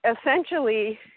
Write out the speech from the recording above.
essentially